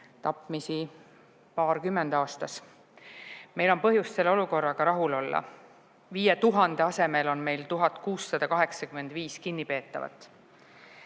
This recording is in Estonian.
tapmisi paarkümmend aastas. Meil on põhjust selle olukorraga rahul olla. 5000 asemel on meil 1685 kinnipeetavat.